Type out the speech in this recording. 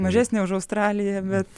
mažesnė už australiją bet